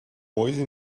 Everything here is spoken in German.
mäuse